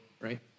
right